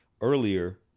earlier –